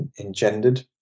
engendered